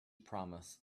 promised